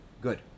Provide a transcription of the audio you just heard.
good